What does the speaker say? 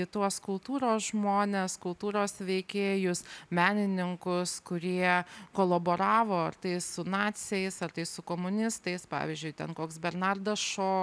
į tuos kultūros žmones kultūros veikėjus menininkus kurie kolaboravo ar tai su naciais ar tai su komunistais pavyzdžiui ten koks bernardas šo